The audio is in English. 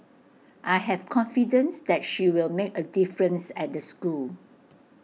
I have confidence that she'll make A difference at the school